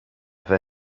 for